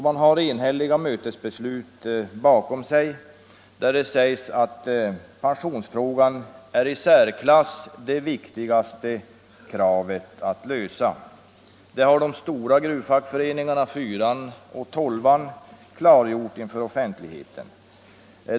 Man har enhälliga mötesbeslut bakom sig, där det sägs att pensionsfrågan är i särklass den viktigaste. Det har de stora gruvfackföreningarna, 4:an och 12:an, klargjort inför offentligheten.